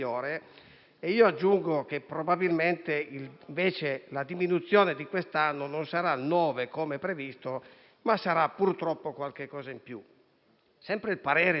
e io aggiungo che probabilmente, invece, la diminuzione di quest'anno non sarà 9, come previsto, ma, purtroppo, qualcosa in più. Sempre il parere dice